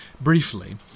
briefly